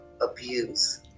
abuse